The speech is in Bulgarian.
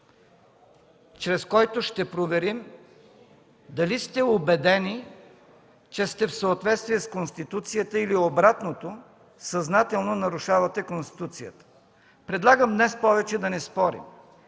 чрез който ще проверим дали сте убедени, че сте в съответствие с Конституцията, или обратното – съзнателно нарушавате Конституцията. Предлагам днес повече да не спорим.